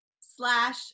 slash